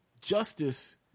Justice